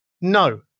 No